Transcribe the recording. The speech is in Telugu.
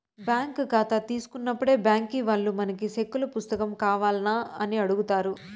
బ్యాంక్ కాతా తీసుకున్నప్పుడే బ్యాంకీ వాల్లు మనకి సెక్కుల పుస్తకం కావాల్నా అని అడుగుతారు